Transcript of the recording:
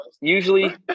usually